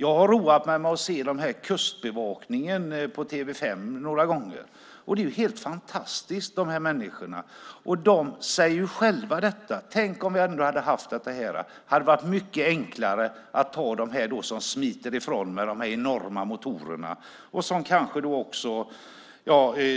Jag har roat mig med att se programmen om Kustbevakningen på Kanal 5 några gånger, och de här människorna är ju helt fantastiska. De säger ju själva detta: Tänk om vi hade haft det här! Det hade varit mycket enklare att ta dem som smiter iväg då, med enorma motorer och som kanske också